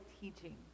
teaching